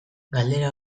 galdera